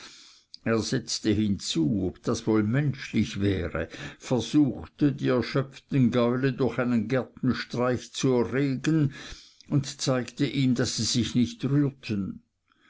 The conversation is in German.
er setzte hinzu ob das wohl menschlich wäre versuchte die erschöpften gaule durch einen gertenstreich zu erregen und zeigte ihm daß sie sich nicht rührten